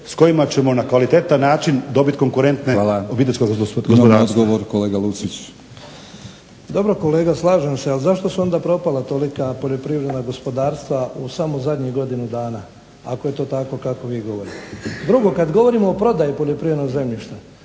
Imamo odgovor, kolega Lucić. **Lucić, Franjo (HDZ)** Dobro kolega slažem se, ali zašto su onda propala tolika poljoprivredna gospodarstva u samo zadnjih godinu dana ako je to tako kako vi govorite? Drugo, kad govorimo o prodaji poljoprivrednog zemljišta